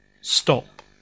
Stop